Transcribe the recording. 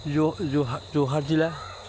যোৰ যোৰহাট যোৰহাট জিলা